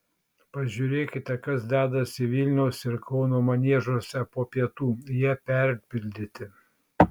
pažiūrėkite kas dedasi vilniaus ir kauno maniežuose po pietų jie yra perpildyti